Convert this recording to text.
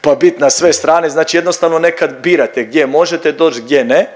pa bit na sve strane znači jednostavno nekad birate gdje možete doć, gdje ne